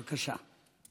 בבקשה.